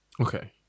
okay